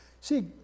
See